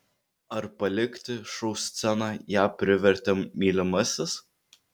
ar palikti šou sceną ją privertė mylimasis